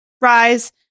rise